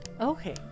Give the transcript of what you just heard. Okay